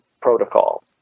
protocol